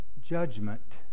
judgment